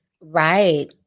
Right